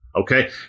Okay